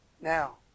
Now